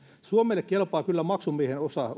suomelle kelpaa kyllä maksumiehen osa